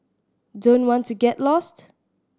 don't want to get lost